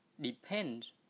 depends